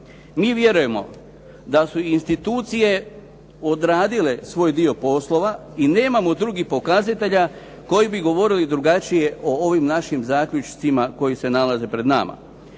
Mi vjerujemo da su institucije odradile svoj dio poslova i nemamo drugih pokazatelja koji bi govorili drugačije o ovim našim zaključcima koji se nalaze pred nama.